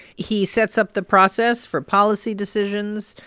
he sets up the process for policy decisions,